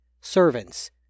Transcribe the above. servants